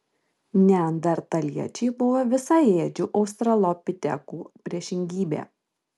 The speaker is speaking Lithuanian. neandertaliečiai buvo visaėdžių australopitekų priešingybė